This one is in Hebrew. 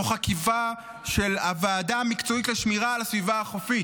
תוך עקיפה של הוועדה המקצועית לשמירה על הסביבה החופית.